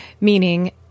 meaning